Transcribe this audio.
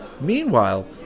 Meanwhile